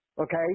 Okay